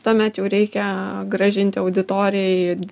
tuomet jau reikia grąžinti auditorijai